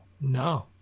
No